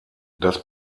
das